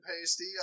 pasty